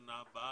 לשנה הבאה.